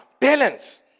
balance